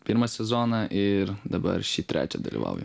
pirmą sezoną ir dabar ši trečią dalyvauju